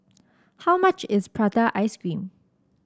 how much is Prata Ice Cream